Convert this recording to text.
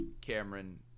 Cameron